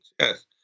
Yes